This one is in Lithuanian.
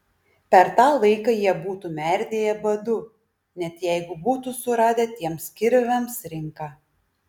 per tą laiką jie būtų merdėję badu net jeigu būtų suradę tiems kirviams rinką